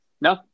No